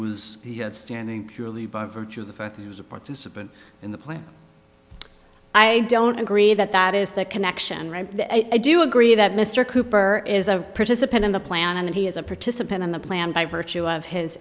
that he was standing surely by virtue of the fact that he was a participant in the play i don't agree that that is the connection right i do agree that mr cooper is a participant in the plan and he is a participant in the plan by virtue of his